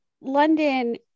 London